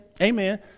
Amen